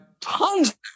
tons